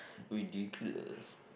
ridiculous